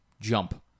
jump